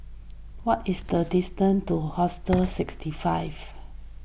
what is the distance to Hostel sixty five